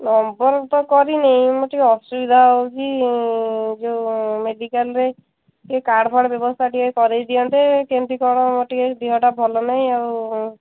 number ତ କରିନି ମୋର ଟିକେ ଅସୁବିଧା ହେଉଛି ଯୋଉ ମେଡ଼ିକାଲରେ ଟିକେ କାର୍ଡ଼ଫାର୍ଡ଼ ବ୍ୟବସ୍ଥା ଟିକେ କରେଇ ଦିଅନ୍ତେ କେମିତି କ'ଣ ଟିକେ ଦେହଟା ଭଲ ନାହିଁ ଆଉ